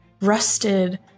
rusted